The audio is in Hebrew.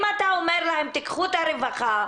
אם אתה אומר להם תיקחו את הרווחה,